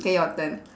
K your turn